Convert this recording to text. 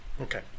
Okay